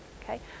Okay